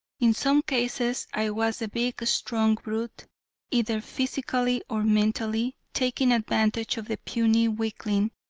in some cases i was the big strong brute either physically or mentally taking advantage of the puny weakling.